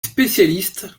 spécialiste